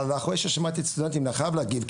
אבל אחרי ששמעתי את הסטודנטים אני חייב להגיב.